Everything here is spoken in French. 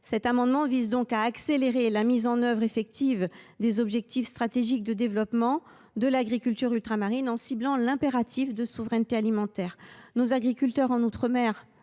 Notre amendement vise donc à accélérer la mise en œuvre effective des objectifs stratégiques de développement de l’agriculture ultramarine, en ciblant l’impératif de souveraineté alimentaire. Les agriculteurs d’outre mer